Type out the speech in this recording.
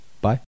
Bye